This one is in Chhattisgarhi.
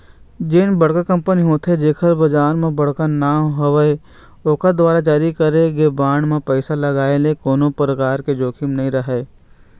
जेन बड़का कंपनी होथे जेखर बजार म बड़का नांव हवय ओखर दुवारा जारी करे गे बांड म पइसा लगाय ले कोनो परकार के जोखिम नइ राहय